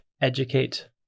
educate